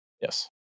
Yes